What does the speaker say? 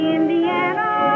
Indiana